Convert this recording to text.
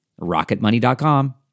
Rocketmoney.com